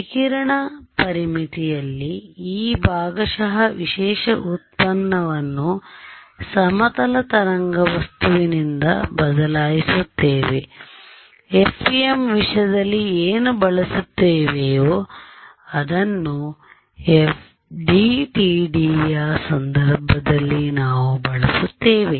ವಿಕಿರಣ ಪರಿಮಿತಿಯಲ್ಲಿ ಈ ಭಾಗಶಃ ವಿಶೇಷ ವ್ಯುತ್ಪನ್ನವನ್ನು ಸಮತಲ ತರಂಗ ವಸ್ತುವಿನಿಂದ ಬದಲಾಯಿಸುತ್ತೇವೆ FEM ವಿಷಯದಲ್ಲಿ ಏನು ಬಳಸುತ್ತೇವೆಯೋ ಅದನ್ನು FDTDಯ ಸಂದರ್ಭದಲ್ಲಿ ನಾವು ಬಳಸುತ್ತೇವೆ